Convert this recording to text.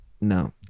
No